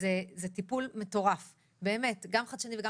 זה טיפול מטורף וחדשני.